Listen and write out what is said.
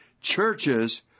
Churches